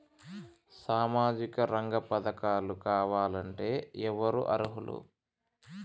సామాజిక రంగ పథకాలు కావాలంటే ఎవరు అర్హులు?